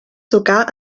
sogar